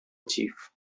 chief